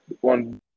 one